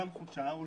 גם חולשה,